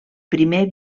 primer